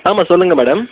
ஆமாம் சொல்லுங்கள் மேடம்